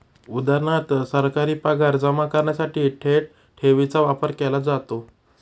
उदा.सरकारी पगार जमा करण्यासाठी थेट ठेवीचा वापर केला जातो